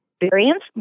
experience